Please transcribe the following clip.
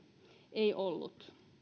ei ollut